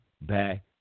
back